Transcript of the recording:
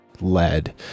led